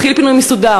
התחיל פינוי מסודר,